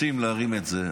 רוצים להרים את זה,